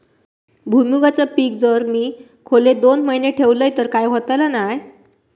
भुईमूगाचा पीक जर मी खोलेत दोन महिने ठेवलंय तर काय होतला नाय ना?